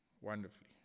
wonderfully